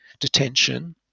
detention